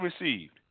received